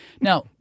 Now